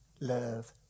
love